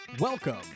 Welcome